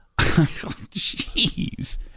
Jeez